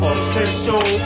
Official